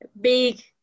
Big